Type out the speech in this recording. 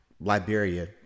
Liberia